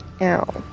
Ow